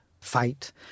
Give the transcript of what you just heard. fight